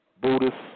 Buddhist